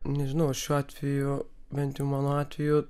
nežinau šiuo atveju bent jau mano atveju